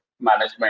management